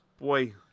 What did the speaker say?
boy